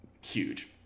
huge